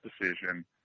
decision